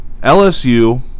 LSU